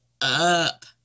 up